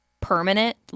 permanent